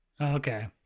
Okay